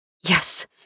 Yes